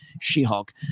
She-Hulk